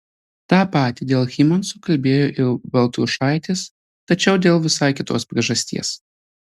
tą patį dėl hymanso kalbėjo ir baltrušaitis tačiau dėl visai kitos priežasties